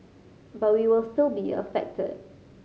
but we will still be affected